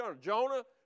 Jonah